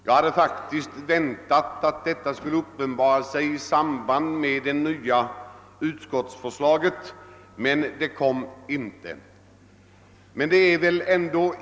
Jag hade faktiskt väntat det i samband med förslaget till ny utskottsorganisation, men det kom inte då.